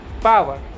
power